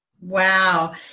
Wow